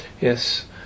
yes